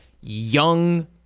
young